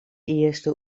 earste